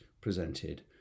presented